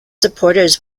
supporters